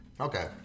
Okay